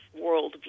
worldview